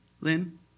Lynn